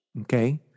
Okay